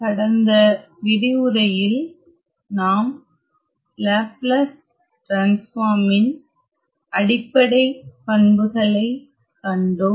கடந்த விரிவுரையில் நாம் லேப்லஸ் டிரான்ஸ்பார்மின் அடிப்படை பண்புகளை கண்டோம்